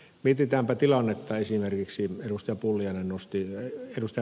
mietitäänpä esimerkiksi tilannetta jonka ed